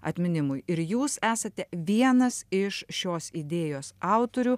atminimui ir jūs esate vienas iš šios idėjos autorių